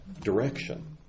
direction